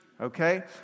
okay